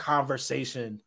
Conversation